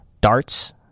darts